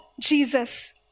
Jesus